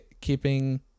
keeping